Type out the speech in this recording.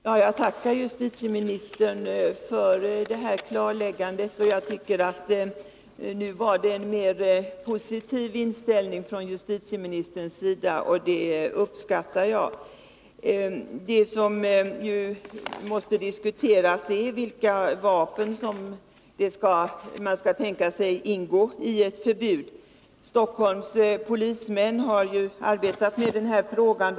Herr talman! Jag tackar justitieministern för detta klarläggande. Jag tycker att det nu var en mer positiv inställning från justitieministerns sida, och det uppskattar jag. Det som måste diskuteras är vilka vapen som skall tänkas ingå i ett förbud. Stockholms polismän har arbetat med den här frågan.